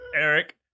Eric